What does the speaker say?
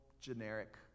generic